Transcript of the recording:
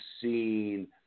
seen